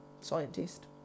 scientist